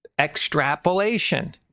extrapolation